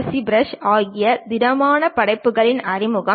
C press வழங்கிய திடமான படைப்புகளின் அறிமுகம்